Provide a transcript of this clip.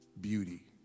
beauty